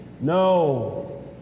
No